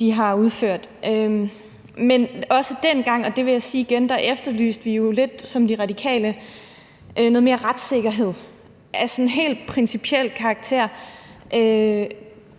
de har udført. Men også dengang – og det vil jeg sige igen – efterlyste vi jo ligesom De Radikale noget mere retssikkerhed, af sådan helt principiel karakter.